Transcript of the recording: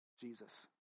Jesus